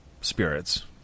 spirits